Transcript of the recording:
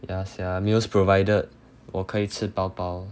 yeah sia meals provided 我可以吃饱饱